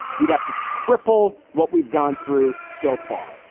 we'd have to triple what we've gone through so far.